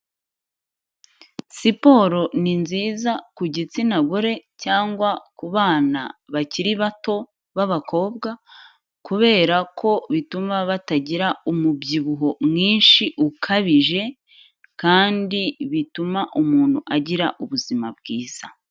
Siporo ni nziza ku gitsina gore cyangwa ku bana bakiri bato b'abakobwa, kubera ko bituma batagira umubyibuho mwinshi ukabije, kandi bituma umuntu agira ubuzima bwiza.